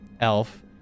elf